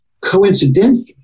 coincidentally